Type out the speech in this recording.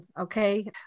Okay